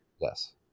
Yes